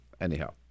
anyhow